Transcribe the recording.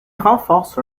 renforce